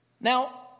Now